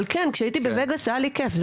אבל כן כשהייתי בווגאס היה לי כיף,